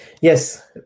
Yes